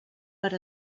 per